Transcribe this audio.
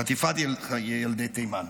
חטיפת ילדי תימן.